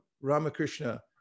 Ramakrishna